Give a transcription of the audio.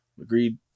agreed